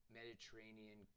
Mediterranean